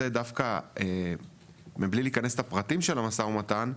דווקא מבלי להיכנס לפרטים של המשא ומתן,